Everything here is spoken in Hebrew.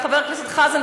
וחבר הכנסת חזן,